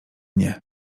nie